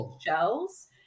shells